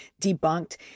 debunked